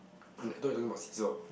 I thought you talking about seesaw